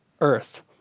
earth